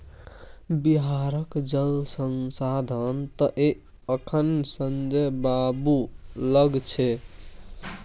बिहारक जल संसाधन तए अखन संजय बाबू लग छै